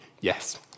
yes